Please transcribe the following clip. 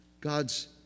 God's